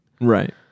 Right